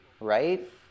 right